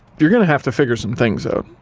you're gonna have to figure some things out.